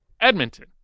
Edmonton